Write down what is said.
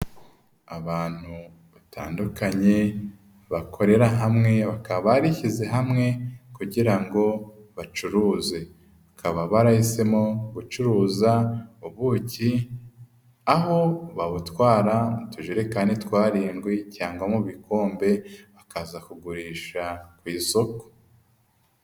Abantu batandukanye bakorera hamwe, bakaba bishyize hamwe kugira ngo bacuruze, bakaba barahisemo gucuruza ubuki, aho babutwara mu tujerekani tw'arindwi cyangwa mu ibikombe bakaza kugurisha ku isoko.